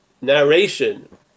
narration